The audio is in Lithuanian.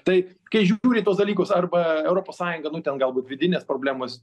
tai kai žiūri į tuos dalykus arba europos sąjunga nu ten galbūt vidinės problemos